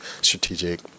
strategic